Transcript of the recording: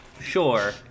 Sure